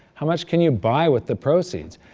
how much can you buy with the proceeds?